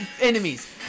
enemies